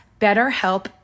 betterhelp